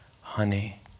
honey